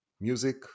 music